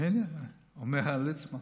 הינה, אומר ליצמן.